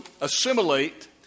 assimilate